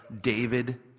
David